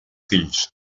fills